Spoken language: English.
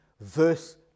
verse